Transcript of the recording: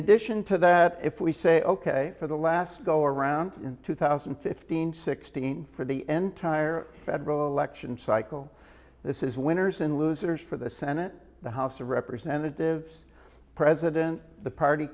addition to that if we say ok for the last go around in two thousand and fifteen sixteen for the end tire federal election cycle this is winners and losers for the senate the house of representatives president the party